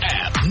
app